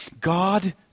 God